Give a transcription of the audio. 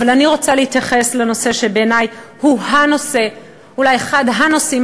אבל אני רוצה להתייחס לנושא שבעיני הוא אולי אחד הנושאים